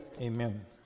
Amen